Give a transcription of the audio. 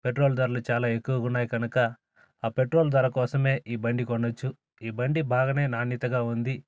petrol ధరలు చాలా ఎక్కువగున్నాయి కనుక ఆ పెట్రోల్ ధర కోసమే ఈ బండి కొనచ్చు ఈ బండి బాగానే నాణ్యతగా ఉంది